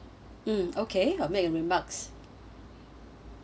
mm okay uh make remarks